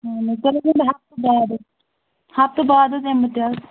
اہن حظ تیٚلہِ حظ مےٚ ہَفتُک دَوا ہَفتہٕ باد حظ یِمہٕ بہٕ تیلہِ